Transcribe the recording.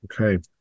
Okay